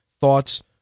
thoughts